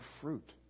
fruit